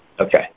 Okay